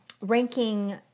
ranking